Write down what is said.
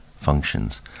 functions